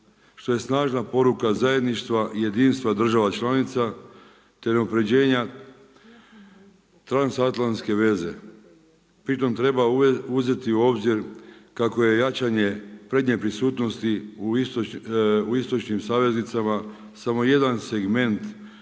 što je snažna poruka zajedništva, jedinstva država članica te unapređenja transatlantske veze. Pri tom treba uzeti u obzir kako je jačanje prednje prisutnosti u istočnim saveznicama samo jedan segment